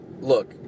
look